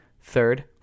Third